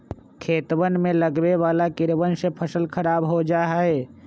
खेतवन में लगवे वाला कीड़वन से फसल खराब हो जाहई